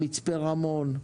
מצפה רמון,